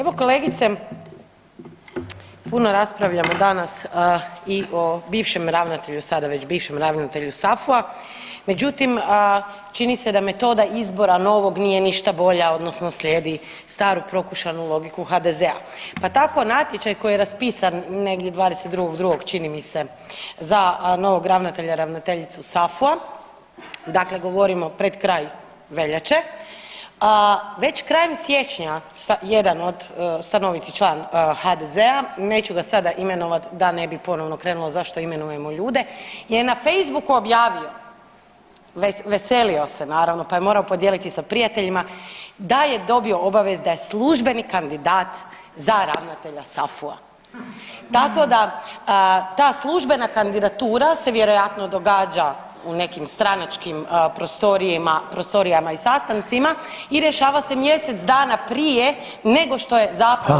Evo kolegice puno raspravljamo danas i o bivšem ravnatelju, sada već bivšem ravnatelju SAFU-a, međutim čini se da metoda izbora novog nije ništa bolja odnosno slijedi staru prokušanu logiku HDZ-a, pa tako natječaj koji je raspisan negdje 22.2. čini mi se za novog ravnatelja/ravnateljicu SAFU-a dakle govorimo o pred kraj veljače, već krajem siječnja jedan stanoviti član HDZ-a, neću ga sada imenovat da ne bi ponovno krenulo zašto imenujemo ljude, je na Facebooku najavio, veselio se naravno pa je morao podijeliti sa prijateljima, da je dobio obavijest da je službeni kandidat za ravnatelja SAFU-a, tako da službena kandidatura se vjerojatno događa u nekim stranačkim prostorijama i sastancima i rješava se mjesec dana prije nego što je zapravo natječaj raspisan.